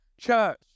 church